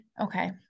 Okay